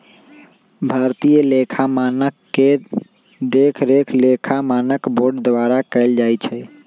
भारतीय लेखा मानक के देखरेख लेखा मानक बोर्ड द्वारा कएल जाइ छइ